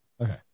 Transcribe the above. Okay